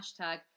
hashtag